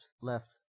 left